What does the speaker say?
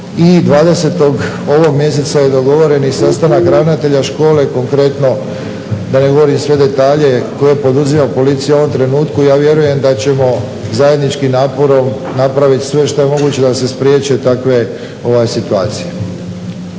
ovog mjeseca je dogovoreni sastanak ravnatelja škole, konkretno da ne govorim sve detalje koje poduzima policija u ovom trenutku. Ja vjerujem da ćemo zajedničkim naporom napraviti sve što je moguće da se spriječe takve situacije.